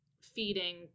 feeding